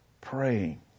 praying